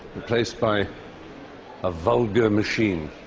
replaced by a vulgar machine.